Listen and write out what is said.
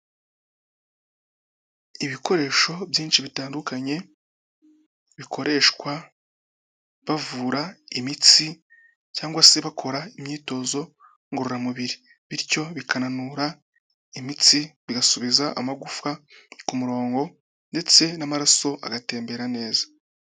Ibikoresho byinshi bitandukanye bikoreshwa bavura imitsi cyangwa se bakora imyitozo ngororamubiri, bityo bikananura imitsi bigasubiza amagufwa ku murongo ndetse n'amaraso agatembera neza.